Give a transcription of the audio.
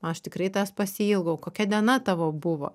o aš tikrai tavęs pasiilgau kokia diena tavo buvo